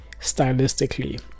stylistically